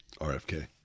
RFK